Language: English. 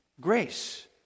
Grace